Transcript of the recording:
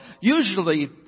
usually